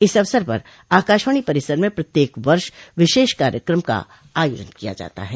इस अवसर पर आकाशवाणी परिसर में प्रत्येक वर्ष विशेष कार्यक्रम का आयोजन किया जाता है